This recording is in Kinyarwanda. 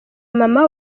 mama